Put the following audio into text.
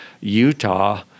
Utah